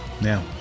Now